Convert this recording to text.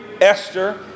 Esther